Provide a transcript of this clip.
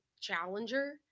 challenger